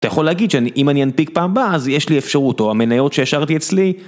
אתה יכול להגיד שאם אני אנפיק פעם באה אז יש לי אפשרות או המניות שהשארתי אצלי.